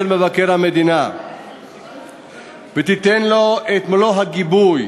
מבקר המדינה ותיתן לו את מלוא הגיבוי